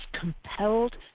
compelled